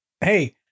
Hey